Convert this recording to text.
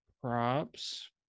props